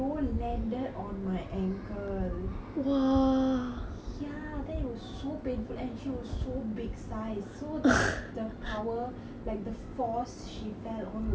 ya then it was so painful and she was so big size so the the power like the force she fell on was so hard and it was already my broken ankle